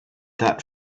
that